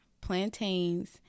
plantains